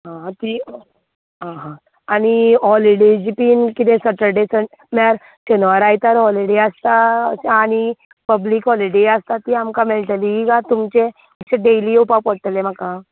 आं ती आं हां आनी हाॅलिडिचे बीन सेटर्डे संन्डे म्हळ्यार शेनवार आयतार हाॅलिडे आसता आनी पब्लिक हाॅलिडे आसा तीं आमकां मेळटली कांय तुमचे अशें डेली येवपा पडटलें म्हाका